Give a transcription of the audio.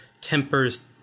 Tempers